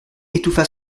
étouffa